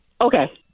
Okay